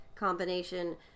combination